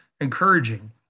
encouraging